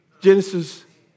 Genesis